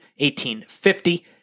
1850